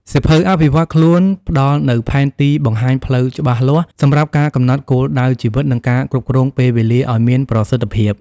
សៀវភៅអភិវឌ្ឍខ្លួនផ្ដល់នូវផែនទីបង្ហាញផ្លូវច្បាស់លាស់ សម្រាប់ការកំណត់គោលដៅជីវិត និងការគ្រប់គ្រងពេលវេលាឱ្យមានប្រសិទ្ធភាព។